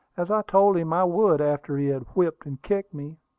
as i told him i would after he had whipped and kicked me.